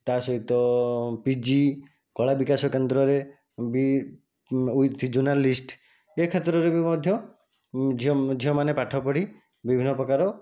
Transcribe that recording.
ତା ସହିତ ପିଜି କଳାବିକାଶ କେନ୍ଦ୍ରରେ ବି ଜରନାଲିଷ୍ଟ ଏହି କ୍ଷେତ୍ରରେ ବି ମଧ୍ୟ ଝିଅମାନେ ପାଠପଢ଼ି ବିଭିନ୍ନ ପ୍ରକାର